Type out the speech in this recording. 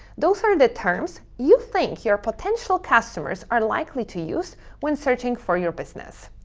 those are the terms you think your potential customers are likely to use when searching for your business.